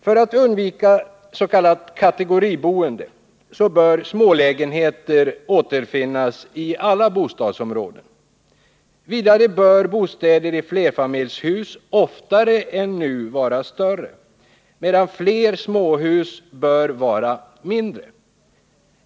För att undvika s.k. kategoriboende bör smålägenheter finnas i alla bostadsområden. Vidare bör bostäder i flerfamiljshus oftare än nu vara större, medan fler småhus bör vara mindre.